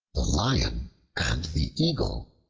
the lion and the eagle